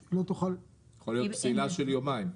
יכולה להיות פסילה של יומיים.